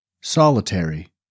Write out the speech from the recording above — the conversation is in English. solitary